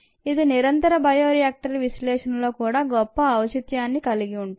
ఇది నిరంతర బయోరియాక్టర్ విశ్లేషణలో కూడా గొప్ప ఔచిత్యాన్ని కలిగి ఉంటుంది